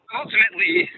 ultimately